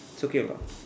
it's okay lah